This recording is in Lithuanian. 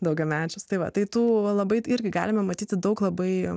daugiamečių tai va tai tų va labai irgi galima matyti daug labai